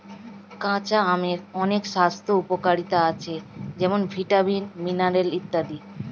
কাঁচা আমের অনেক স্বাস্থ্য উপকারিতা আছে যেমন ভিটামিন, মিনারেল ইত্যাদি